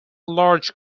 large